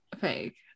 fake